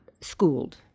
schooled